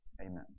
Amen